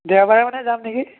দেওবাৰে মানে যাম নেকি